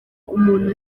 umuntu